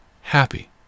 happy